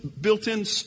built-in